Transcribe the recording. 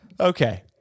Okay